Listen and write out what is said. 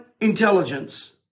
intelligence